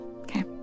Okay